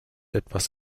etwas